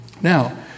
now